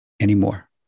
anymore